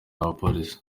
abapolisi